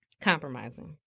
Compromising